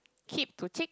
keep to cheek